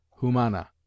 Humana